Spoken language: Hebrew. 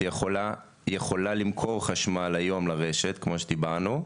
היא יכולה למכור חשמל היום לרשת, כמו שדיברנו.